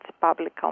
public